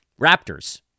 Raptors